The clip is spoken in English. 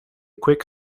quick